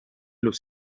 los